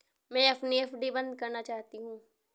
मैं अपनी एफ.डी बंद करना चाहती हूँ